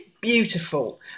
beautiful